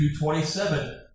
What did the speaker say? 27